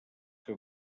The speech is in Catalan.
que